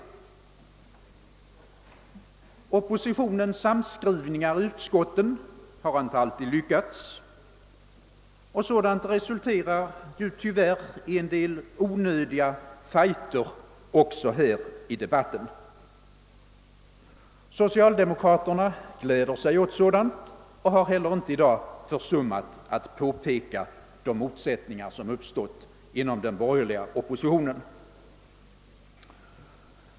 Samskrivningen mellan oppositionens representanter i utskotten har inte alltid lyckats, och sådant resulterar tyvärr i en del onödiga fighter i kammardebatterna. Socialdemokraterna gläder sig häråt och har inte heller i dag försum mat att peka på de motsättningar som uppstått inom den borgerliga oppositionen.